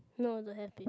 no don't have eh